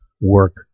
work